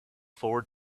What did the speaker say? forward